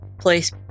place